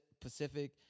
pacific